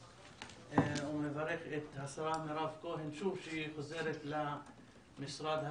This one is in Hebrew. אני מברך את השרה מירב כהן שהיא חוזרת למשרד הזה,